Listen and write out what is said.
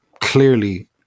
clearly